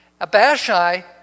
Abashai